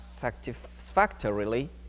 satisfactorily